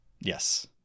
Yes